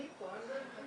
גשר הרבה יותר פשוט גם